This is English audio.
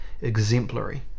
exemplary